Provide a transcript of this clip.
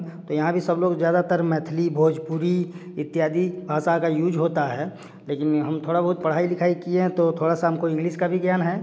तो यहाँ भी सब लोग ज़्यादातर मैथिली भोजपुरी इत्यादि भाषा का यूज होता है लेकिन हम थोड़ा बहुत पढ़ाई लिखाई किए हैं तो थोड़ा सा हमको इंग्लिस का भी ज्ञान है